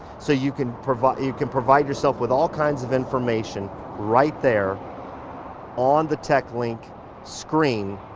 so you can provide. you can provide yourself with all kinds of information right there on the techlink screen